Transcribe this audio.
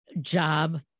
job